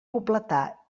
pobletà